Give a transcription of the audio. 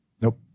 Nope